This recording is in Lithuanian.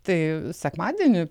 tai sekmadienį